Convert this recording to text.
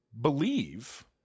believe